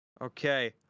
Okay